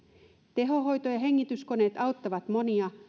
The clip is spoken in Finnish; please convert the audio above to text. tehohoito ja hengityskoneet auttavat monia